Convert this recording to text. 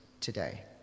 today